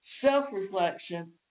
Self-reflection